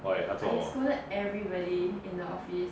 why 他做么